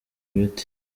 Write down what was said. ibiti